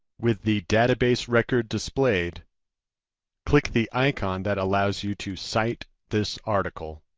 with the database record displayed click the icon that allows you to cite this article.